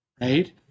right